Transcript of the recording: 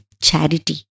charity